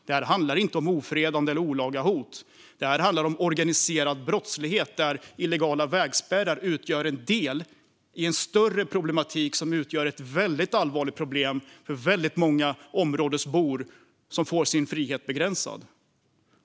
Det handlar inte om ofredande eller olaga hot, utan här handlar det om organiserad brottslighet där illegala vägspärrar utgör en del i ett större problem, som i sin tur utgör ett allvarligt problem för många områdesbor som får sin frihet begränsad.